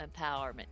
Empowerment